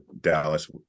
dallas